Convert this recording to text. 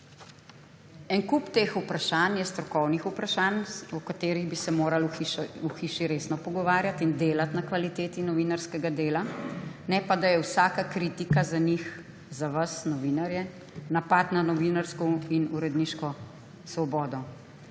En kup teh vprašanj je, strokovnih vprašanj, o katerih bi se morali v hiši resno pogovarjati in delati na kvaliteti novinarskega dela, ne pa, da je vsaka kritika za njih, za vas, novinarje, napad na novinarsko in uredniško svobodo.